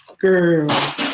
Girl